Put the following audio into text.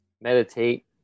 meditate